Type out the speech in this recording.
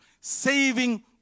saving